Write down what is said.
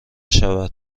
شود